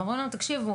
ואומרים לנו תקשיבו,